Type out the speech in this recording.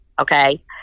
Okay